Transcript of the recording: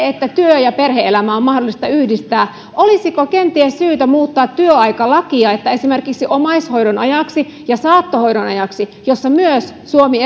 että myös työ ja perhe elämä on mahdollista yhdistää olisiko kenties syytä muuttaa työaikalakia siten että esimerkiksi omaishoidon ajaksi ja saattohoidon ajaksi jossa myös suomi